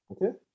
Okay